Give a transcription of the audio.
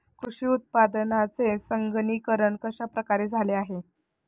कृषी उत्पादनांचे संगणकीकरण कश्या प्रकारे झाले आहे?